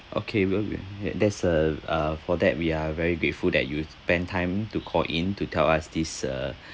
okay that's a uh for that we are very grateful that you spent time to call in to tell us this uh